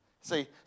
See